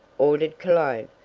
ordered cologne.